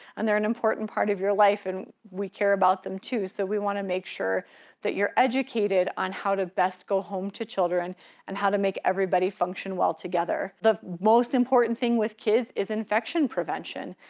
and they're an important part of your life and we care about them too. so we wanna make sure that you're educated on how to best go home to children and how to make everybody function well together. the most important thing with kids is infection prevention.